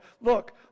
Look